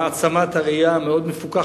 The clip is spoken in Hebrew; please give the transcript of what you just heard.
העצמת הראייה, המאוד-מפוכחת,